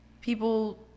people